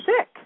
sick